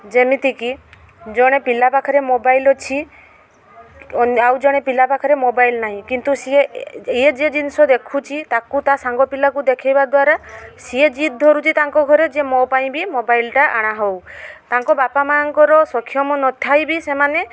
ଯେମିତିକି ଜଣେ ପିଲା ପାଖରେ ମୋବାଇଲ୍ ଅଛି ଆଉ ଜଣେ ପିଲା ପାଖରେ ମୋବାଇଲ୍ ନାହିଁ କିନ୍ତୁ ସିଏ ଇଏ ଯିଏ ଜିନିଷ ଦେଖୁଛି ତାକୁ ତା ସାଙ୍ଗ ପିଲାକୁ ଦେଖେଇବା ଦ୍ଵାରା ସିଏ ଜିଦ୍ ଧରୁଛି ତାଙ୍କ ଘରେ ଯେ ମୋ ପାଇଁ ବି ମୋବାଇଲ୍ଟା ଆଣାହଉ ତାଙ୍କ ବାପା ମାଁଙ୍କର ସକ୍ଷମ ନଥାଇ ବି ସେମାନେ